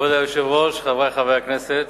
כבוד היושב-ראש, חברי חברי הכנסת,